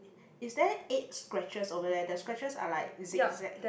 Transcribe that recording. is there eight scratches over there the scratches are like zig zag